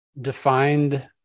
defined